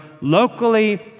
locally